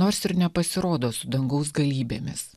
nors ir nepasirodo su dangaus galybėmis